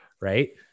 Right